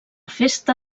festa